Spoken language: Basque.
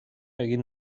egin